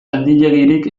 handiegirik